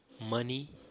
money